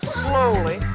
slowly